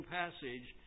passage